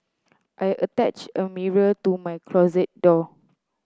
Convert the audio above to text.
I attached a mirror to my closet door